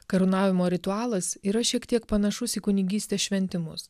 karūnavimo ritualas yra šiek tiek panašus į kunigystės šventimus